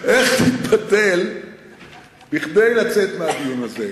איך תתפתל כדי לצאת מהדיון הזה.